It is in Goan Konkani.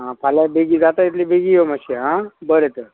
आं फाल्यां बेगी जाता तितले बेगी यो मात्शें आं बरें तर